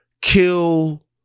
kill